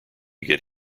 get